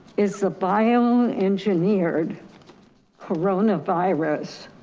is the bio engineered coronavirus